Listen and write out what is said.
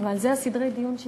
כשהוא